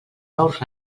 nous